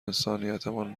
انسانیتمان